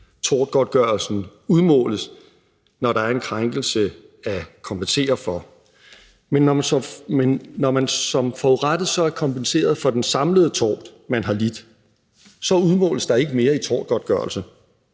Tortgodtgørelsen udmåles, når der er en krænkelse at kompensere for. Men når man som forurettet så er kompenseret for den samlede tort, man har lidt, udmåles der ikke mere i tortgodtgørelse,